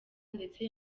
ndetse